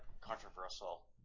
controversial